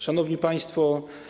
Szanowni Państwo!